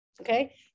Okay